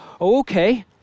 okay